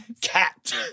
Cat